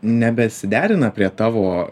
nebesiderina prie tavo